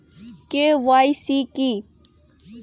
KYC কী?